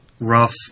rough